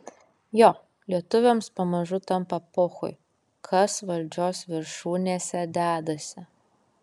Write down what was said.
jo lietuviams pamažu tampa pochui kas valdžios viršūnėse dedasi